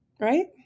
right